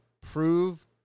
prove